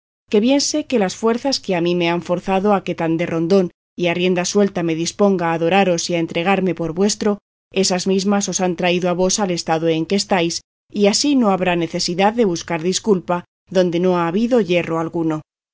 que bien sé que las fuerzas que a mí me han forzado a que tan de rondón y a rienda suelta me disponga a adoraros y a entregarme por vuestro esas mismas os han traído a vos al estado en que estáis y así no habrá necesidad de buscar disculpa donde no ha habido yerro alguno